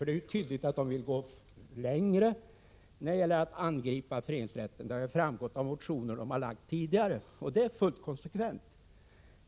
Det är tydligt att de vill gå längre när det gäller att angripa föreningsrätten. Det har framgått av tidigare motioner, och det är alltså fullt konsekvent.